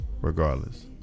Regardless